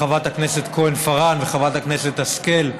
חברת הכנסת כהן-פארן וחברת הכנסת השכל.